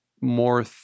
more